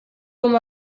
com